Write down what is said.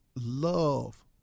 love